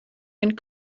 einen